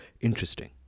interesting